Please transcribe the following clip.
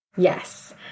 Yes